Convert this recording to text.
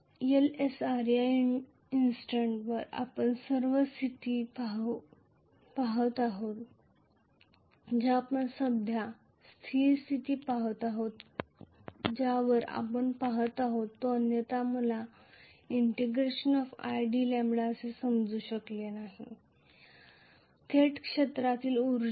Lsr या क्षणी आपण सर्वप्रथम स्थिर स्थिती पहात आहोत ज्या आपण सध्या स्थिर स्थिती पहात आहोत ज्यावर आपण पहात आहोत अन्यथा मी फील्ड एनर्जीला थेट ∫𝑖𝑑𝜆 शी सारखेसमान केले नसते